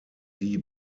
die